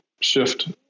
shift